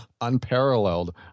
unparalleled